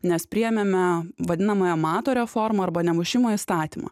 nes priėmėme vadinamąją mato reformą arba nemušimo įstatymą